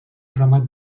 remat